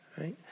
right